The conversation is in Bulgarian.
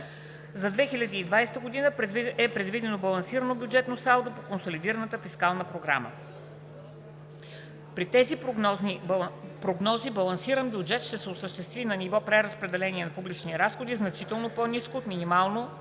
За 2020 г. е предвидено балансирано бюджетно салдо по Консолидираната фискална програма. При тези прогнози балансиран бюджет ще се осъществи на ниво преразпределение на публичните разходи, значително по ниско от максимално